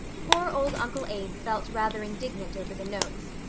poor old uncle abe felt rather indignant over the notes.